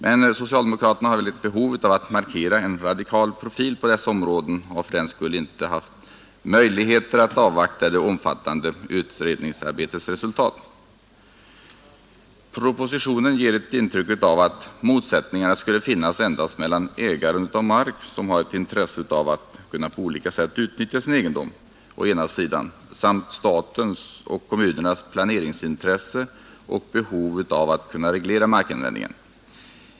Men socialdemokraterna har väl ett behov av att markera en radikal profil på dessa områden och har för den skulle inte haft möjligheter att avvakta det omfattande utredningsarbetets resultat. Propositionen ger ett intryck av att motsättningarna skulle finnas endast mellan ägaren av mark, som har ett intresse av att kunna på olika sätt utnyttja sin egendom, samt statens och kommunernas planeringsintresse och behov av att kunna reglera markanvändningen.